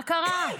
מקרה?